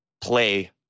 play